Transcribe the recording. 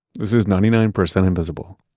this is ninety nine percent invisible.